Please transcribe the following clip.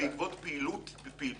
יש גידול ברישום בעקבות פעילות אינטנסיבית.